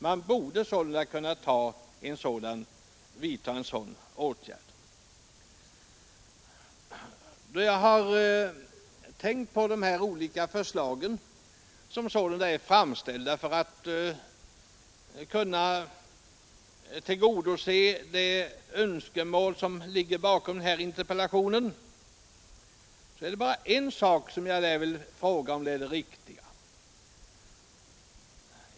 Jag har funderat över de olika förslag som har framlagts för att tillgodose de önskemål som ligger bakom min interpellation, och jag vill ta upp en aspekt.